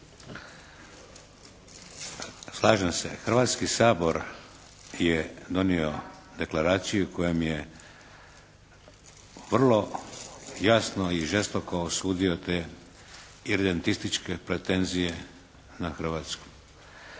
Slažem se. Hrvatski sabor je donio Deklaraciju kojom je vrlo jasno i žestoko osudio te iredentističke pretenzije na Hrvatsku.